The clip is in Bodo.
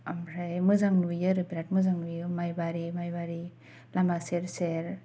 ओमफ्राय मोजां नुयो आरो बेराथ मोजां नुयो मायबारि मायबारि लामा सेर सेर